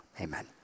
amen